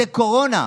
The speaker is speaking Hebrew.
זה קורונה,